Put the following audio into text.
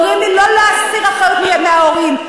אומרים לי לא להסיר אחריות מההורים.